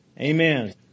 Amen